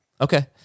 Okay